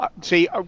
See